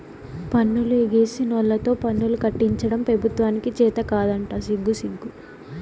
పన్నులు ఎగేసినోల్లతో పన్నులు కట్టించడం పెబుత్వానికి చేతకాదంట సిగ్గుసిగ్గు